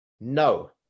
No